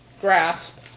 grasp